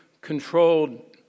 controlled